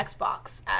Xbox